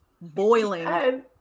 boiling